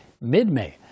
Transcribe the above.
mid-May